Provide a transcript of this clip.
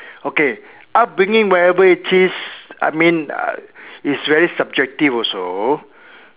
okay upbringing whatever it is I mean uh is very subjective also